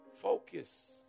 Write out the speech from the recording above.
Focus